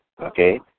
okay